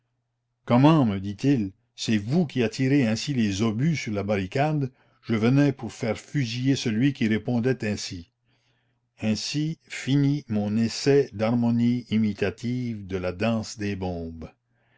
comment me dit-il c'est vous qui attirez ainsi les obus sur la barricade je venais pour faire fusiller celui qui répondait ainsi ainsi finit mon essai d'harmonie imitative de la danse des bombes